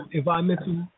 environmental